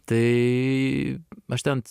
tai aš ten t